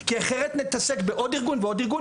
כי אחרת נתעסק בעוד ארגון ועוד ארגון